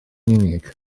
unig